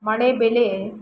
ಮಳೆ ಬೆಳೆ